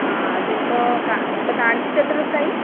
ആ അതിപ്പോൾ ഇപ്പം കാണിച്ചിട്ട് എത്ര ദിവസമായി